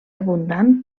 abundant